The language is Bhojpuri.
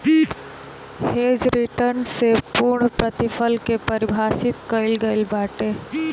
हेज रिटर्न से पूर्णप्रतिफल के पारिभाषित कईल गईल बाटे